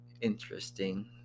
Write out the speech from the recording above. interesting